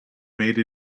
made